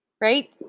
right